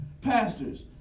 pastors